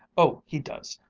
oh, he does.